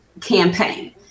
campaign